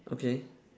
okay